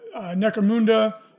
necromunda